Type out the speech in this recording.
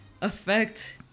affect